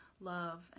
love